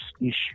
issue